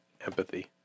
empathy